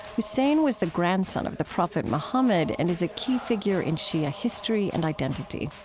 hussein was the grandson of the prophet mohammed and is a key figure in shia history and identity.